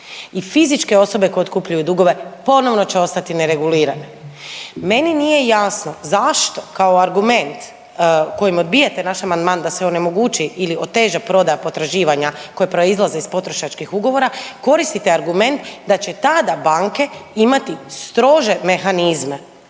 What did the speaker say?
i fizičke osobe koje otkupljuju dugove ponovno će ostati neregulirane. Meni nije jasno zašto kao argument kojim odbijate naš amandman da se omogući ili oteža prodaja potraživanja koji proizlaze iz potrošačkih ugovora, koristite argument da će tada banke imati strože mehanizme